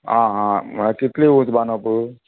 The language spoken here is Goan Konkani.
आं हां म्हळ्यार कितले उंच बांदपूं